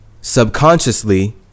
subconsciously